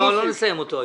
לא נסיים אותו היום.